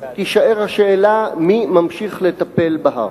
תישאר השאלה מי ממשיך לטפל בהר.